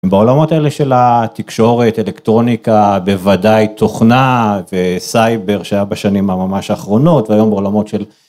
בעולמות האלה של התקשורת אלקטרוניקה, בוודאי תוכנה וסייבר שהיה בשנים הממש האחרונות והיום בעולמות של.